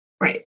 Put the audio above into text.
Right